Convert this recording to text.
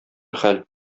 хәл